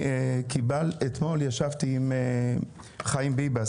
אתמול ישבתי עם חיים ביבס,